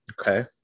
Okay